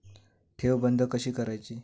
ठेव बंद कशी करायची?